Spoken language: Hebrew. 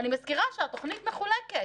אני מזכירה שהתוכנית מחולקת.